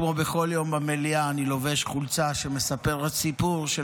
כמו כל יום במליאה אני לובש חולצה שמספרת סיפור של